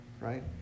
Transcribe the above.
right